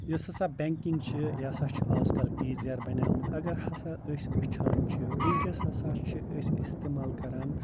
یُس ہَسا بینٛکِنٛگ چھِ یہِ ہَسا چھِ آزکَل ایٖزیَر بَنیٛامٕژ اگر ہَسا أسۍ وٕچھان چھِ وٕنکٮ۪س ہَسا چھِ أسۍ اِستعمال کَران